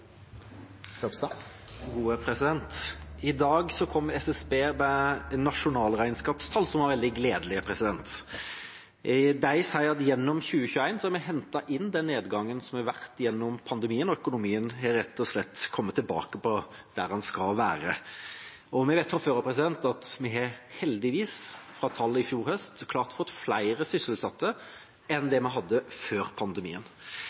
var veldig gledelige. De sier at gjennom 2021 har vi hentet inn den nedgangen som har vært gjennom pandemien, og økonomien har rett og slett kommet tilbake der den skal være. Vi vet fra før, fra tall i fjor høst, at vi heldigvis har klart å få flere sysselsatte enn det vi hadde før pandemien.